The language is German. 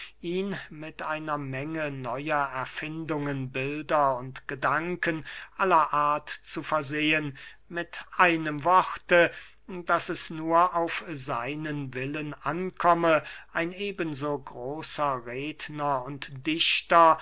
ihn mit einer menge neuer erfindungen bilder und gedanken aller art zu versehen mit einem worte daß es nur auf seinen willen ankomme ein eben so großer redner und dichter